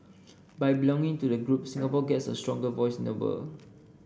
by belonging to the group Singapore gets a stronger voice in the world